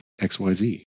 XYZ